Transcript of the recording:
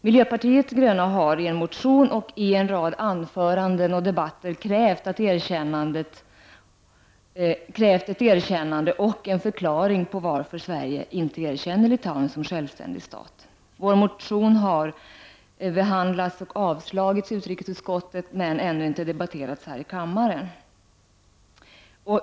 Miljöpartiet de gröna har i en motion och en rad debatter krävt ett erkännande och en förklaring till varför Sverige inte erkänner Litauen som en självständig stat. Vår motion har behandlats och avstyrkts i utrikesutskottet, men ännu inte debatterats i kammaren.